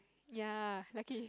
ya lucky